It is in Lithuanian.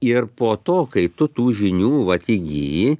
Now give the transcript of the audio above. ir po to kai tu tų žinių vat įgyji